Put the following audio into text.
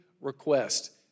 request